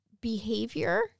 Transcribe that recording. behavior